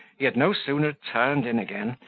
he had no sooner turned in again,